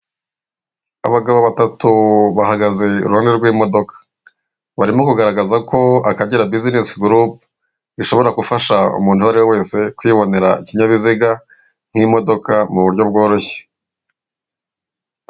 Abagabo batatu bahagaze iruhande rw'imodoka. Barimo kugaragaza ko Akagera bizinesi gurupu ishobora gufasha umuntu uwo ari we wese kwibonera ikinyabiziga, nk'imodoka, mu buryo bworoshye.